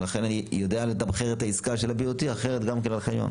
אני יודע לתמחר את עסקת ה-BOT אחרת גם כן על חניון.